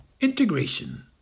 Integration